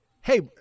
Hey